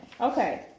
Okay